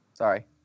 Sorry